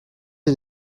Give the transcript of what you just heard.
sie